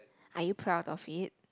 are you proud of it